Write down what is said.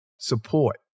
Support